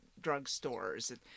drugstores